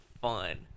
fun